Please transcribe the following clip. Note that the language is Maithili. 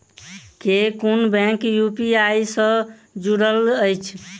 केँ कुन बैंक यु.पी.आई सँ जुड़ल अछि?